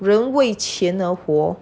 人为钱而活